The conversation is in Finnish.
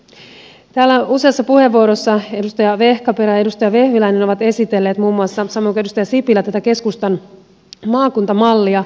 täällä useissa puheenvuoroissa on esitelty muun muassa edustaja vehkaperä edustaja vehviläinen samoin kuin edustaja sipilä ovat esitelleet tätä keskustan maakuntamallia